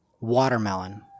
watermelon